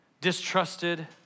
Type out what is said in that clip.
distrusted